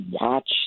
watch